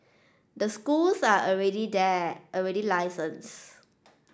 the schools are already there already licensed